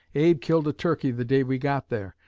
abe killed a turkey the day we got there,